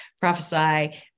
prophesy